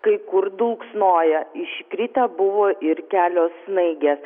kai kur dulksnoja iškritę buvo ir kelios snaigės